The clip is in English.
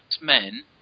men